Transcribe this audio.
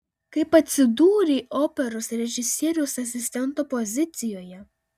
kaip atsidūrei operos režisieriaus asistento pozicijoje